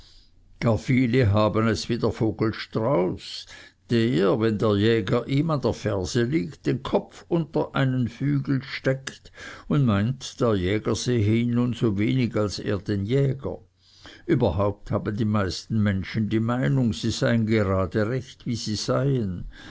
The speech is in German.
gar viele haben es wie der vogel strauß der wenn der jäger ihm an der ferse liegt den kopf unter einen flügel steckt und meint der jäger sehe ihn nun so wenig als er den jäger überhaupt haben die meisten menschen die meinung sie seien gerade recht wie sie seien